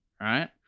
right